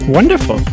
Wonderful